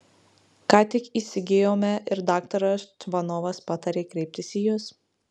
ką tik įsigijome ir daktaras čvanovas patarė kreiptis į jus